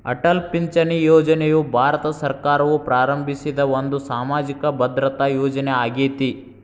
ಅಟಲ್ ಪಿಂಚಣಿ ಯೋಜನೆಯು ಭಾರತ ಸರ್ಕಾರವು ಪ್ರಾರಂಭಿಸಿದ ಒಂದು ಸಾಮಾಜಿಕ ಭದ್ರತಾ ಯೋಜನೆ ಆಗೇತಿ